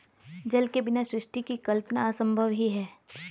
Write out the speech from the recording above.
जल के बिना सृष्टि की कल्पना असम्भव ही है